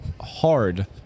hard